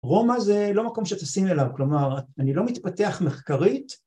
רומא זה לא מקום שטסים אליו, כלומר, אני לא מתפתח מחקרית